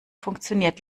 funktioniert